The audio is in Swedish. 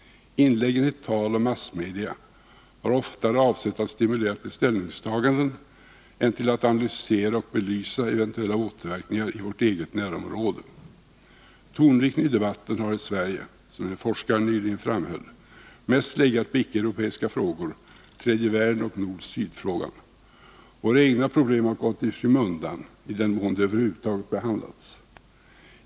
Inläggen i tal och massmedia har oftare avsett att stimulera till ställningstaganden än till att analysera eller belysa eventuella återverkningar i vårt eget närområde. Tonvikten i debatten har i Sverige, som en forskare nyligen framhöll, mest legat på icke-europeiska frågor, tredje världen och nord-sydfrågan. Våra egna problem har kommit i skymundan, i den mån de över huvud taget behandlats.